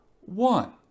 one